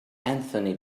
anthony